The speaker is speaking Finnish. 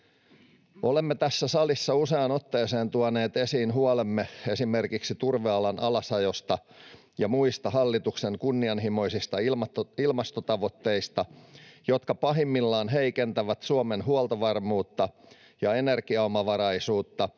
Olemme tässä salissa useaan otteeseen tuoneet esiin huolemme esimerkiksi turvealan alasajosta ja muista hallituksen kunnianhimoisista ilmastotavoitteista, jotka pahimmillaan heikentävät Suomen huoltovarmuutta ja energiaomavaraisuutta